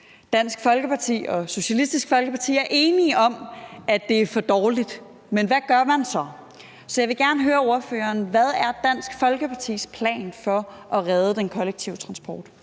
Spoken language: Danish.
Dansk Folkeparti og Socialistisk Folkeparti er enige om, at det er for dårligt. Så jeg vil gerne høre ordføreren: Hvad er Dansk Folkepartis plan for at redde den kollektive transport?